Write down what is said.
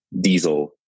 diesel